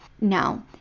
Now